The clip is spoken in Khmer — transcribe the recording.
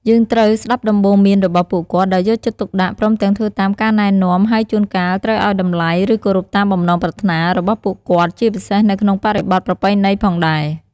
យើងត្រូវស្ដាប់ដំបូន្មានរបស់ពួកគាត់ដោយយកចិត្តទុកដាក់ ព្រមទាំងធ្វើតាមការណែនាំ ហើយជួនកាលត្រូវឲ្យតម្លៃ ឬ គោរពតាមបំណងប្រាថ្នារបស់ពួកគាត់ ជាពិសេសនៅក្នុងបរិបទប្រពៃណីផងដែរ។